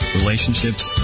relationships